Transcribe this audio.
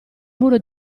muro